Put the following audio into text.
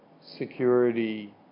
security